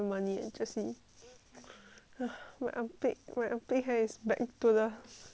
my armpit my armpit hair is back to the